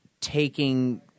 taking